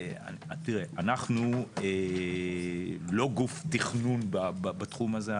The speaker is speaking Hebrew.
תראה, אנחנו לא גוף תכנון בתחום הזה.